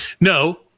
No